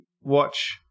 watch